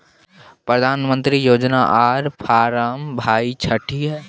प्रधानमंत्री योजना आर फारम भाई छठी है?